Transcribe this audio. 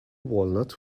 walnut